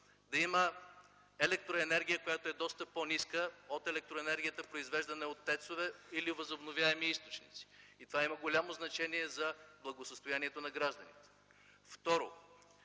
да има електроенергия, която е доста по-ниска от електроенергията, произвеждана от ТЕЦ-ове или възобновяеми източници. Това има голямо значение за благосъстоянието на гражданите. Второ,